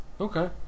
Okay